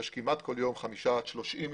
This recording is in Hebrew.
יש כמעט כל יום חמישה עד 30 אנשים,